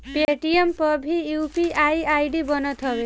Paytm पअ भी UPI ID बनत हवे